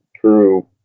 true –